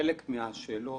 חלק מהשאלות